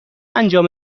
انجام